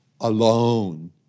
alone